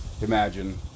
Imagine